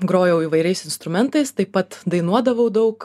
grojau įvairiais instrumentais taip pat dainuodavau daug